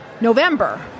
November